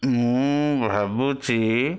ମୁଁ ଭାବୁଛି